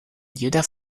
juda